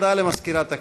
הודעה למזכירת הכנסת.